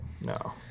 No